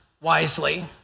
wisely